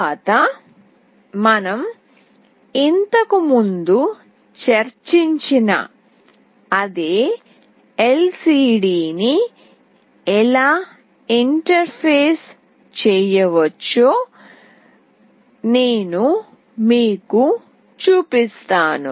తరువాత మనం ఇంతకుముందు చర్చించిన అదే ఎల్సిడి ని ఎలా ఇంటర్ఫేస్ చేయవచ్చో నేను మీకు చూపిస్తాను